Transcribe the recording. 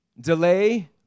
delay